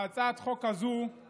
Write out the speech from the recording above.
הצעת החוק הזאת היא